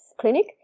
clinic